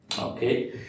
Okay